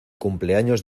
cumpleaños